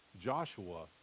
Joshua